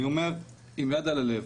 אני אומר עם יד על הלב,